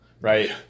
right